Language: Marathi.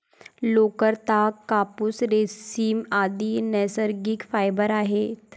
लोकर, ताग, कापूस, रेशीम, आदि नैसर्गिक फायबर आहेत